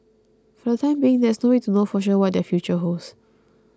for the time being there is no way to know for sure what their future holds